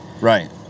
Right